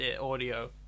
audio